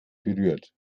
berührt